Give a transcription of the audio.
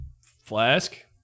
flask